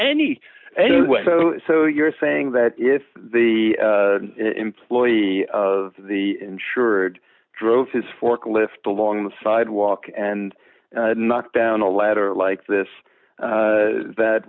any anyway so you're saying that if the employee of the insured drove his forklift along the sidewalk and knocked down a ladder like this that